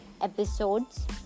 episodes